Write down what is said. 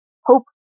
hope